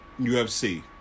UFC